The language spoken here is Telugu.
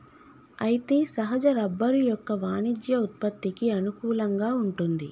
అయితే సహజ రబ్బరు యొక్క వాణిజ్య ఉత్పత్తికి అనుకూలంగా వుంటుంది